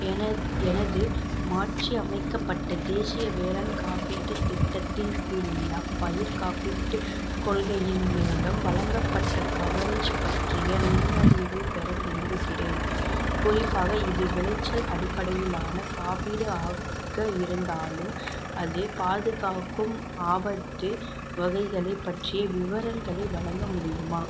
எனது மாற்றியமைக்கப்பட்ட தேசிய வேளாண் காப்பீட்டு திட்டத்தின் கீழ் உள்ள பயிர்க் காப்பீட்டு கொள்கையின் மூலம் வழங்கப்பட்ட கவரேஜ் பற்றிய நுண்ணறிவை பெற விரும்புகிறேன் குறிப்பாக இது விளைச்சல் அடிப்படையிலான காப்பீடு ஆக இருந்தாலும் அது பாதுகாக்கும் ஆபத்து வகைகளை பற்றிய விவரங்களை வழங்க முடியுமா